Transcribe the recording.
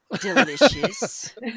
Delicious